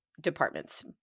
departments